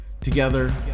Together